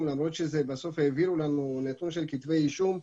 למרות שבסוף העבירו לנו נתון של כתבי אישום.